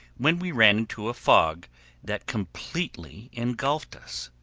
when we ran into a fog that completely engulfed us.